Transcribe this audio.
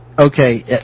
Okay